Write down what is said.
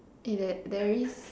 eh there there is